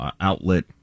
outlet